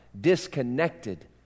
disconnected